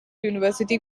university